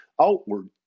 outward